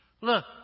Look